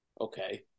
Okay